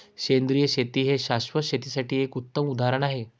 सेंद्रिय शेती हे शाश्वत शेतीसाठी एक उत्तम उदाहरण आहे